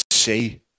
see